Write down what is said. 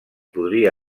podria